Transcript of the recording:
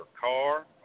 car